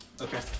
Okay